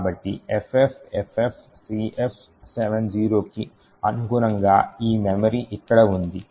కాబట్టి FFFFCF70 కి అనుగుణంగా ఈ మెమరీ ఇక్కడ ఉంది